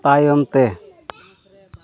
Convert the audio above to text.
ᱛᱟᱭᱚᱢᱛᱮ